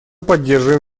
поддерживаем